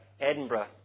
Edinburgh